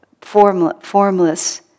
formless